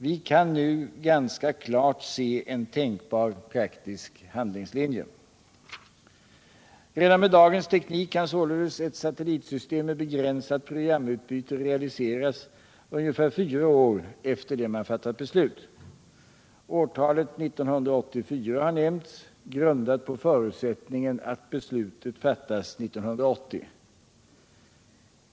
Vi kan nu ganska klart se en tänkbar praktisk handlingslinje. Redan med dagens teknik kan således ett satellitsystem med begränsat programutbyte realiseras ca fyra år efter det man fattat beslut. Årtalet 1984 har nämnts, grundat på förutsättningen att beslutet fattas 1980.